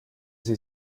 sie